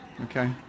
Okay